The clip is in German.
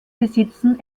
besitzen